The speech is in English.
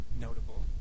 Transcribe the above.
notable